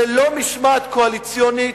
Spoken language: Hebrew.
ללא משמעת קואליציונית,